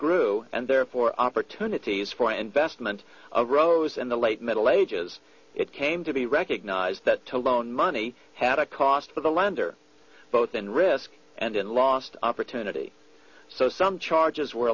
grew and therefore opportunities for investment arose in the late middle ages it came to be recognized to loan money had a cost for the lender both in risk and in lost opportunity so some charges were